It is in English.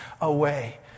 away